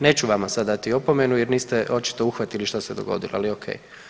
Neću vama sada dati opomenu jer niste očito uhvatili što se dogodilo, ali okej.